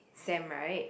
sem right